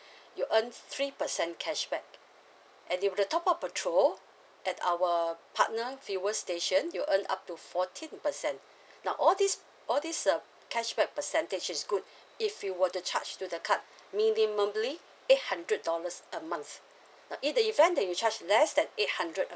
you earn three percent cashback and if the top up petrol at our partner fuel station you'll earn up to fourteen percent now all these all these um cashback percentage is good if you were to charge to the cart minimally eight hundred dollars a month now in the event that you charge less than eight hundred a